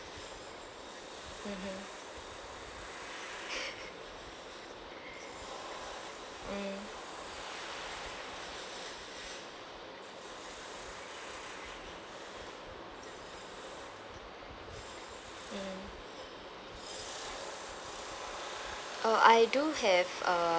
mmhmm mm mm uh I do have uh